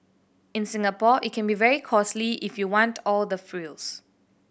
in Singapore it can be very costly if you want all the frills